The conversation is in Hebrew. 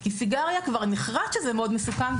כי סיגריה כבר נחרטה כדבר מאוד מסוכן,